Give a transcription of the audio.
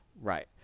right